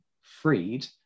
freed